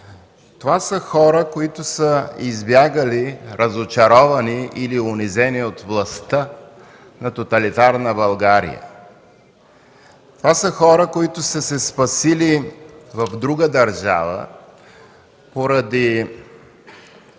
Това са хора, които са избягали разочаровани или унизени от властта на тоталитарна България. Това са хора, които са се спасили в друга държава поради